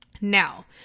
Now